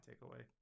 takeaway